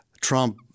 Trump